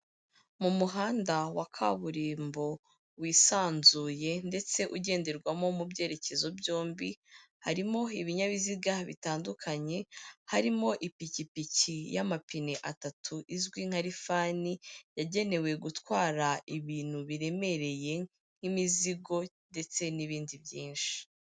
Mu muhanda wa kaburimbo wisanzuye ndetse ugenderwamo mu byerekezo byombi, harimo ibinyabiziga bitandukanye, harimo ipikipiki y'amapine atatu izwi nka Rifani, yagenewe gutwara ibintu biremereye nk'imizigo ndetse n'ibindi byinshi.